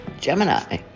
Gemini